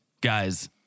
guys